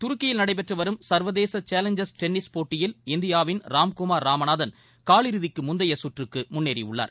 துருக்கியில் நடைபெற்று வரும் சா்வதேச சேலஞ்சா் டென்னிஸ் போட்டியில் இந்தியாவின் ராம்குமார் ராமநாதன் கால் இறுதிக்கு முந்தைய சுற்றுக்கு முன்னேறியுள்ளார்